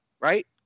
Right